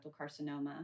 carcinoma